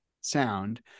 sound